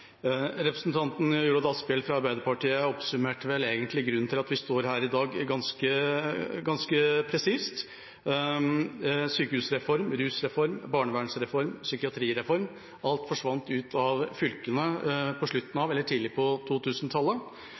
Representanten Jorodd Asphjell fra Arbeiderpartiet oppsummerte vel egentlig grunnen til at vi står her i dag, ganske presist. Sykehusreform, rusreform, barnevernsreform, psykiatrireform – alt forsvant ut av fylkene tidlig på